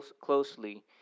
closely